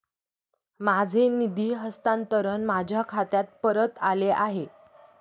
माझे निधी हस्तांतरण माझ्या खात्यात परत आले आहे